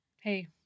Hey